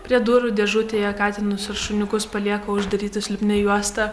prie durų dėžutėje katinus ir šuniukus palieka uždarytus lipnia juosta